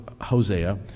Hosea